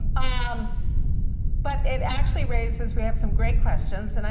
ah um but it actually raises, we have some great questions, and